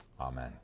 amen